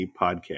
Podcast